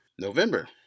November